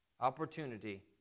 Opportunity